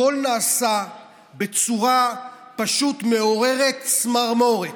הכול נעשה בצורה פשוט מעוררת צמרמורת.